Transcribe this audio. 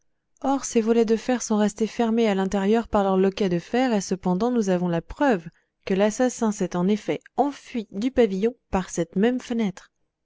or ces volets de fer sont restés fermés à l'intérieur par leur loquet de fer et cependant nous avons la preuve que l'assassin s'est en effet enfui du pavillon par cette même fenêtre